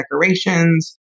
decorations